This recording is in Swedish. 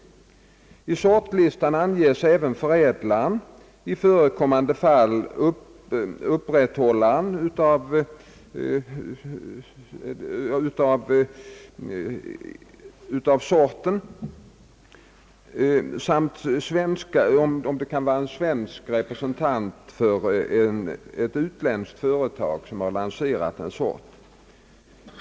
I sortlistan anges även förädlaren, i förekommande fall upprätthållaren av sorten samt en svensk representant för ett utländskt företag som har lanserat en sort.